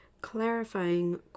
clarifying